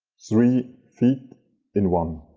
three feet in one.